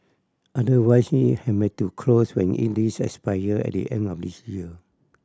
otherwise it have may to close when in lease expire at the end of this year